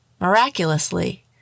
Miraculously